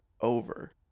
over